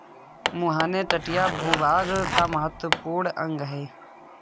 मुहाने तटीय भूभाग का महत्वपूर्ण अंग है